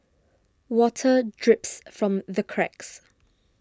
water drips from the cracks